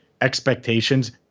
expectations